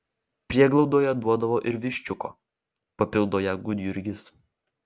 prieglaudoje duodavo ir viščiuko papildo ją gudjurgis